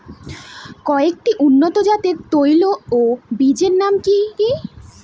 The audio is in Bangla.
কয়েকটি উন্নত জাতের তৈল ও বীজের নাম কি কি?